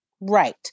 Right